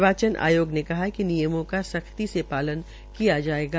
निर्वाचन आयोग ने कहा कि नियमों का सख्ती से पालन किया जायेगा